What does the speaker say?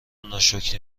ناشکری